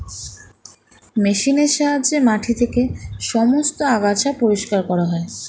মেশিনের সাহায্যে মাটি থেকে সমস্ত আগাছা পরিষ্কার করা হয়